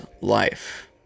life